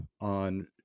on